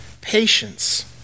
patience